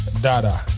Dada